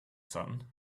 sudden